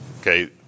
okay